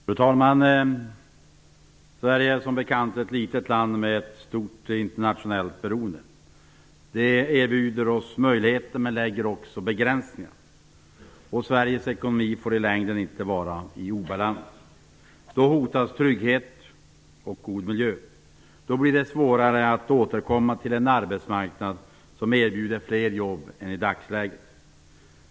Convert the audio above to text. Fru talman! Sverige är som bekant ett litet land med ett starkt internationellt beroende. Detta erbjuder oss möjligheter, men det sätter också begränsningar. Sveriges ekonomi får i längden inte vara i obalans. Då hotas trygghet och god miljö. Då blir det svårare att återkomma till en arbetsmarknad som erbjuder fler jobb än i dagsläget.